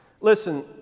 Listen